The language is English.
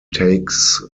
takes